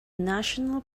national